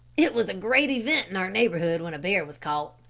it was a great event in our neighborhood when a bear was caught.